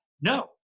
No